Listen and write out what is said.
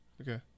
okay